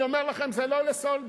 אני אומר לכם, זה לא לסולברג.